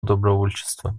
добровольчества